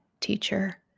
teacher